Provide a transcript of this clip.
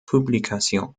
publication